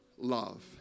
love